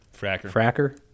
Fracker